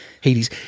Hades